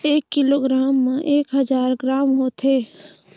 एक किलोग्राम म एक हजार ग्राम होथे